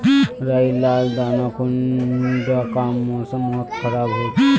राई लार दाना कुंडा कार मौसम मोत खराब होचए?